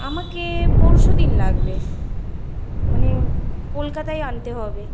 আমাকে পরশু দিন লাগবে মানে কলকাতায় আনতে হবে